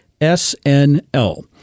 SNL